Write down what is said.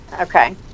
Okay